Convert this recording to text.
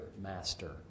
master